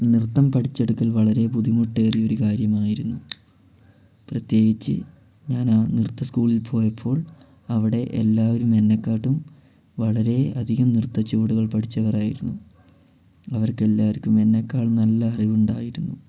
നൃത്തം പഠിച്ചെടുക്കൽ വളരെ ബുദ്ധിമുട്ടേറിയൊരു കാര്യമായിരുന്നു പ്രത്യേകിച്ച് ഞാനാ നൃത്ത സ്കൂളിൽ പോയപ്പോൾ അവിടെ എല്ലാവരും എന്നെക്കാട്ടും വളരെ അധികം നൃത്ത ചുവടുകൾ പഠിച്ചവരായിരുന്നു അവർക്കെല്ലാർക്കും എന്നെക്കാളും നല്ല അറിവുണ്ടായിരുന്നു